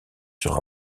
sur